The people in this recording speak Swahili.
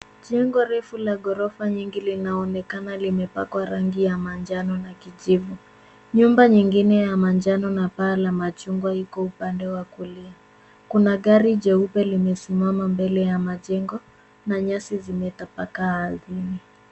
Jengo refu la ghorofa nyingi linaonekana limepakwa rangi ya manjano na kijivu , nyumba nyingine ya manjano na paa la machungwa iko upande wa kulia, kuna gari jeupe lenye simama mbele ya majengo na nyasi zimetapakaa ardhini .